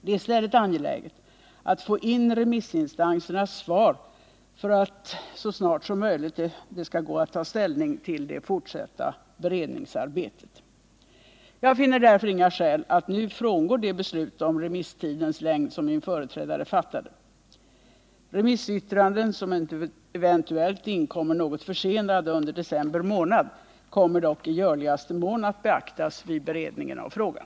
Det är i stället angeläget att få in remissinstansernas svar för att så snart som möjligt kunna ta ställning till det fortsatta beredningsarbetet. Jag finner därför inga skäl att nu frångå det beslut om remisstidens längd som min företrädare fattade. Remissyttranden, som eventuellt inkommer något försenade under december månad, kommer dock i görligaste mån att beaktas vid beredningen av frågan.